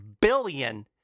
billion